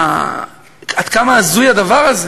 --- מקווים שהוא יגיע.